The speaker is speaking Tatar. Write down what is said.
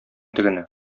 тегене